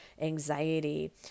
anxiety